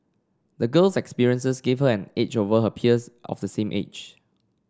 the girl's experiences gave her an edge over her peers of the same age